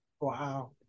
Wow